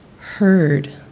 heard